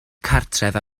cartref